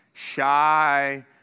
Shy